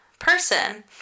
person